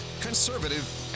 conservative